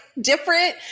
different